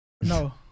no